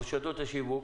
ברשתות השיווק,